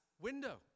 window